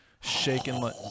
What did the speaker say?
shaking